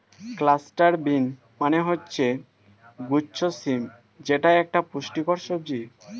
cluster bean মানে হচ্ছে গুচ্ছ শিম যেটা একটা পুষ্টিকর সবজি